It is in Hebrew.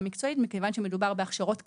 מקצועית מכיוון שמדובר בהכשרות קצרות,